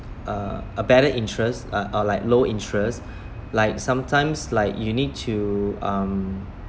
uh a better interest uh or like low interest like sometimes like you need to um